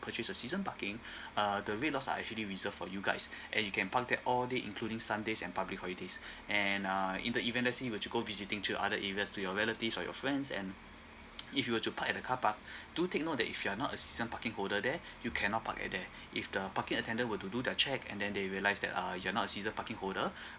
purchase a season parking uh the red lots are actually reserved for you guys and you can park there all day including sundays and public holidays and uh in the event let's say you were to go visiting to your other areas to your relative or your friends and if you were to park at the carpark do take note that if you're not a season parking holder there you cannot park at there if the parking attendant were to do their check and then they realize that uh you're not a season parking holder